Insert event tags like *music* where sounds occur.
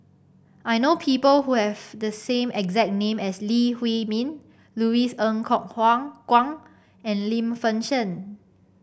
I know people who have the same exact name as Lee Huei Min Louis Ng Kok *unintelligible* Kwang and Lim Fei Shen